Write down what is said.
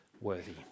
worthy